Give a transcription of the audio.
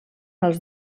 els